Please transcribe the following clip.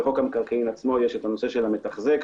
בחוק המקרקעין עצמו יש הנושא של המתחזק,